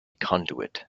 conduit